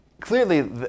Clearly